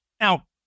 Now